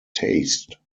taste